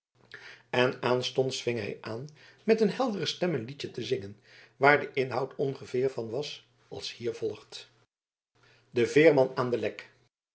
en aanstonds ving hij aan met een heldere stem een liedje te zingen waar de inhoud ongeveer van was als hier volgt de veerman